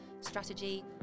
strategy